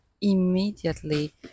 immediately